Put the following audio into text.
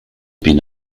been